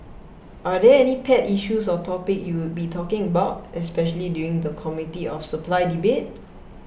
are there any pet issues or topics you would be talking about especially during the Committee of Supply debate